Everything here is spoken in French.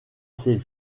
ses